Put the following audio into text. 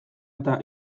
eta